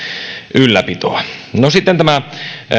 ylläpitoa no sitten tämä